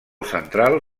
central